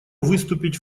выступить